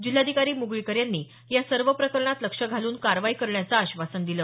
जिल्हाधिकारी मुगळीकर यांनी या सर्व प्रकरणात लक्ष घालून कारवाई करण्याचं आश्वासन दिलं